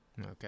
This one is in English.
okay